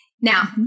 Now